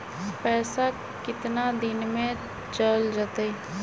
पैसा कितना दिन में चल जतई?